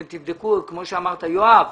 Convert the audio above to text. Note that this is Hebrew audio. אתם תבדקו, כמו שאמר יואב.